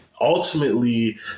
ultimately